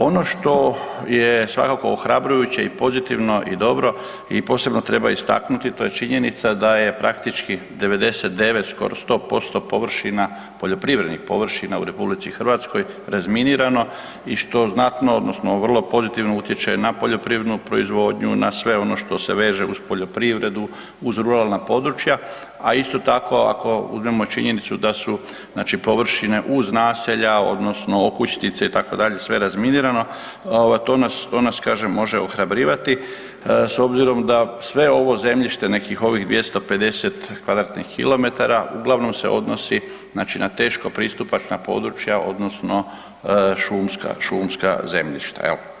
Ono što je svakako ohrabrujući i pozitivno i dobro i posebno treba istaknuti, to je činjenica da je praktički 99, skoro 100% površina, poljoprivrednih površina u Republici Hrvatskoj razminirano i što znatno, odnosno vrlo pozitivno utječe na poljoprivrednu proizvodnju, na sve ono što se veže uz poljoprivredu, uz ruralna području, a isto tako, ako uzmemo činjenicu da su, znači površine uz naselja, odnosno okućnice itd., sve razminirano, to nas, kažem, može ohrabrivati s obzirom da sve ovo zemljište, nekih ovih 250 kvadratnih kilometara uglavnom se odnosi znači na teško pristupačna područja, odnosno šumska zemljišta.